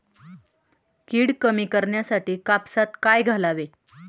कीड कमी करण्यासाठी कापसात काय घालावे?